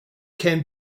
can